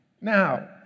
Now